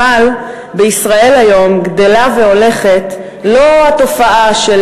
אבל בישראל היום גדלה והולכת לא התופעה של